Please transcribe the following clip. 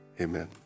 Amen